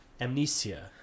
Amnesia